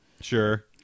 Sure